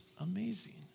amazing